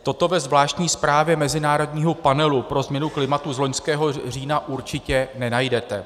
Toto ve zvláštní zprávě mezinárodního panelu pro změnu klimatu z loňského října určitě nenajdete.